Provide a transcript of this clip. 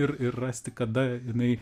ir ir rasti kada jinai